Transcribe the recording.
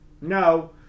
No